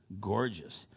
gorgeous